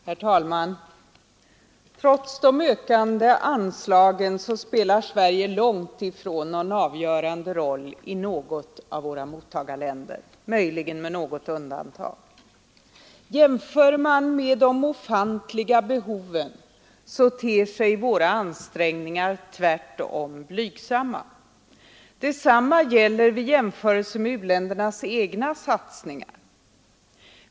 Herr talman! Trots de ökande anslagen spelar Sverige långt ifrån någon avgörande roll i våra mottagarländer, möjligen med något undantag. Jämför man med de ofantliga behoven ter sig våra ansträngningar tvärtom blygsamma. Detsamma gäller vid jämförelse med u-ländernas egna satsningar.